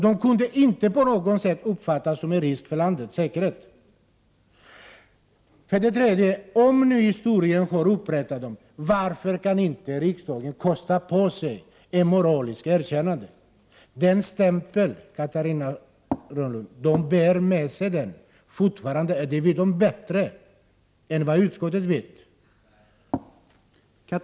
De kunde inte på något sätt uppfattas som en risk för landets säkerhet. Om historien har upprättat dessa personer, varför kan inte riksdagen kosta på sig ett moraliskt erkännande? De bär fortfarande med sig stämpeln, Catarina Rönnung. Det vet de själva bättre än vad utskottet vet.